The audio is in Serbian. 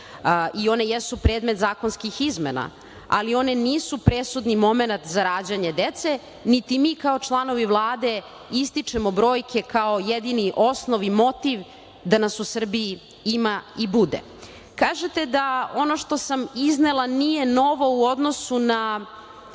i one jesu predmet zakonskih izmena, ali one nisu presudni momenat za rađanje dece, niti mi kao članovi Vlade ističemo brojke kao jedini osnov i motiv da nas u Srbiji ima i bude. Kažete da ono što sam iznela nije novo u odnosu na